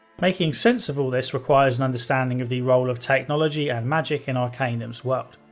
making sense of all this requires an understanding of the role of technology and magick in arcanum's world.